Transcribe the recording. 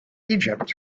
egypt